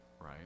right